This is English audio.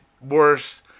worse